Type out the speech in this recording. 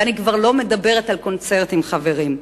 ואני כבר לא מדברת על קונצרטים, חברים.